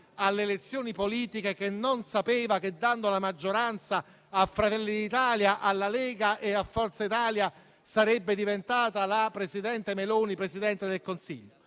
alle elezioni politiche, non sapeva che dando la maggioranza a Fratelli d'Italia, alla Lega e a Forza Italia sarebbe diventata presidente del Consiglio